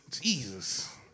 Jesus